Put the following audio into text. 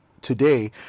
today